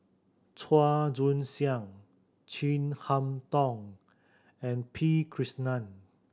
Chua Joon Siang Chin Harn Tong and P Krishnan